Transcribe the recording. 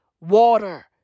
water